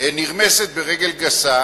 נרמסת ברגל גסה,